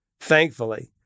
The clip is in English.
thankfully